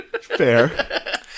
Fair